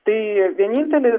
tai vienintelė